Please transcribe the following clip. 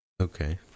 Okay